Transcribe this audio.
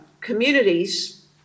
communities